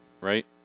Right